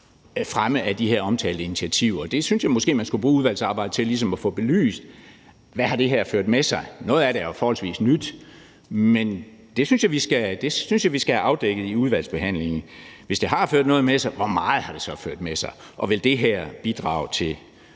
fremme af de her omtalte initiativer. Det synes jeg måske man skulle bruge udvalgsarbejdet til ligesom at få belyst: Hvad har det her ført med sig? Noget af det er jo forholdsvis nyt, men det synes jeg vi skal have afdækket i udvalgsbehandlingen. Hvis det har ført noget med sig, hvor meget har det så ført med sig, og vil det her bidrage til